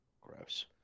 gross